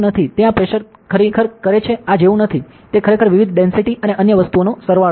તે આ પ્રેશર ખરેખર કરે છે આ જેવું નથી તે ખરેખર વિવિધ ડેંસિટી અને અન્ય વસ્તુઓનો સરવાળો છે